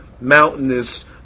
mountainous